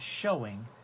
showing